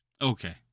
Okay